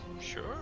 Sure